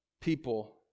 people